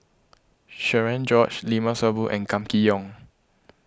Cherian George Limat Sabtu and Kam Kee Yong